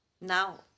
Now